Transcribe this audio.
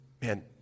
man